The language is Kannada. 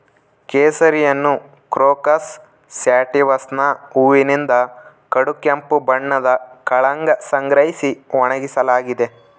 ಕೇಸರಿಯನ್ನುಕ್ರೋಕಸ್ ಸ್ಯಾಟಿವಸ್ನ ಹೂವಿನಿಂದ ಕಡುಗೆಂಪು ಬಣ್ಣದ ಕಳಂಕ ಸಂಗ್ರಹಿಸಿ ಒಣಗಿಸಲಾಗಿದೆ